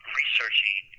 researching